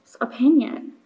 opinion